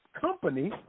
company